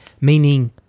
meaning